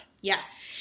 Yes